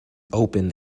open